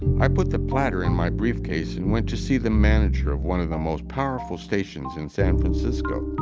i put the platter in my briefcase and went to see the manager of one of the most powerful stations in san francisco.